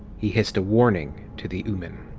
he hissed a warning to the ooman.